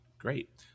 great